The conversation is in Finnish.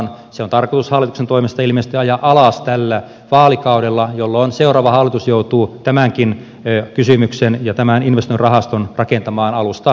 se on tarkoitus hallituksen toimesta ilmeisesti ajaa alas tällä vaalikaudella jolloin seuraava hallitus joutuu tämänkin kysymyksen ja tämän investointirahaston rakentamaan alusta uudelleen